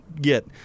get